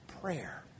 prayer